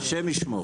השם ישמור.